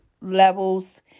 levels